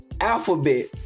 Alphabet